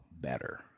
better